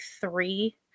three